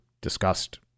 discussed